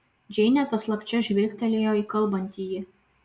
džeinė paslapčia žvilgtelėjo į kalbantįjį